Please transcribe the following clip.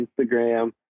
Instagram